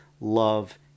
love